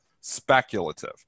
speculative